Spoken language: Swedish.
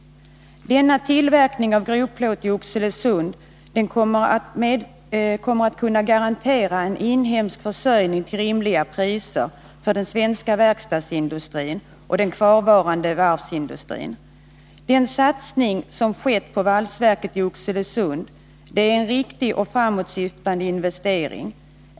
Denna tillverkning av grovplåt i Oxelösund kommer att kunna garantera en inhemsk försörjning till rimliga priser för den svenska verkstadsindustrin och den kvarvarande varvsindustrin. Den satsning som gjorts på valsverket i Oxelösund är en riktig och framåtsyftande investering.